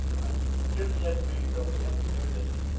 and jim said to me, look, we have to do this.